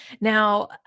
Now